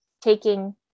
taking